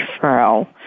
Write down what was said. referral